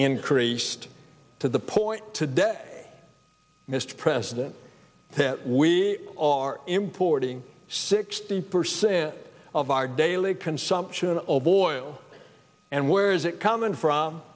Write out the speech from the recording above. increased to the point today mr president that we are importing sixty percent of our daily consumption of oil and where is it come in from